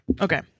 Okay